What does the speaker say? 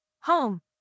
Home